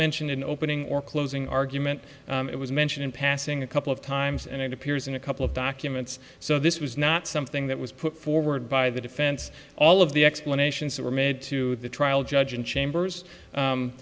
mentioned in opening or closing argument it was mentioned in passing a couple of times and it appears in a couple of documents so this was not something that was put forward by the defense all of the explanations that were made to the trial judge in chambers